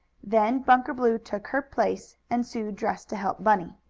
then bunker blue took her place, and sue dressed to help bunny.